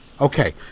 Okay